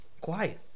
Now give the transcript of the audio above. quiet